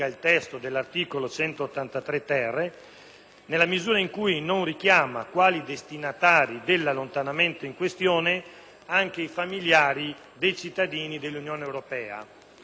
nella misura in cui non richiama quali destinatari dell'allontanamento in questione anche i familiari dei cittadini dell'Unione europea. Non mi sembra una norma particolarmente